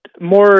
more